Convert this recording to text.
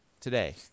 today